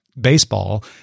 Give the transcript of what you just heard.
baseball